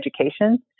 education